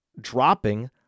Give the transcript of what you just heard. dropping